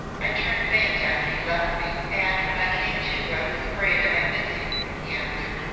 i turned faint after you left me, and when i came to i was afraid i might miss you, he answered.